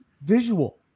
Visual